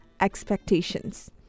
expectations